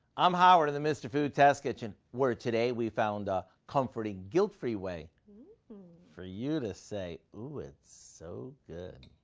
i'm howard in the mr. food test kitchen, where today we found a comforting, guilt-free way for you to say, ooh it's so good!